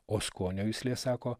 o skonio juslė sako